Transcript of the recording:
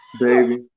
Baby